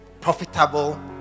profitable